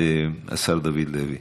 השר דוד לוי.